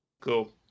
Cool